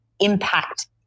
impact